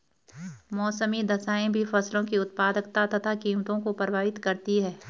मौसमी दशाएं भी फसलों की उत्पादकता तथा कीमतों को प्रभावित करती है